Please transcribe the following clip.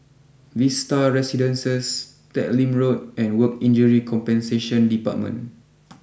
Vista Residences Teck Lim Road and Work Injury Compensation Department